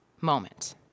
moment